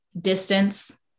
distance